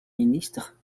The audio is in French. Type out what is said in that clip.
ministre